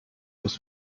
muss